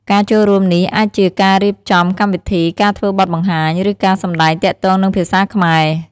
ការចូលរួមនេះអាចជាការរៀបចំកម្មវិធី ការធ្វើបទបង្ហាញ ឬការសម្តែងទាក់ទងនឹងភាសាខ្មែរ។